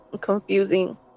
confusing